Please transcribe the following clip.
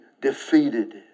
defeated